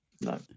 No